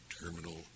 terminal